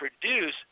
produce